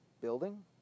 building